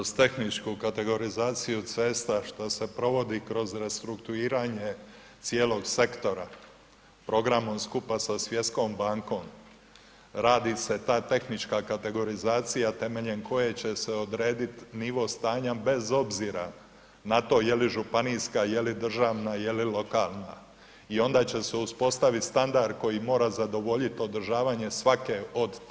Kroz tehničku kategorizaciju cesta, što se provodi kroz restrukturiranje cijelog sektora programa sa skupa sa svjetskom bankom, radi se ta tehnička kategorizacija temeljem koje će se odrediti nivo stanja bez obzira na to je li županijska, je li državna, je li lokalna i onda će se uspostaviti standard koji mora zadovoljiti održavanje svake od tih cesta.